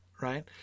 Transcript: Right